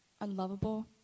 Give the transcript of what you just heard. unlovable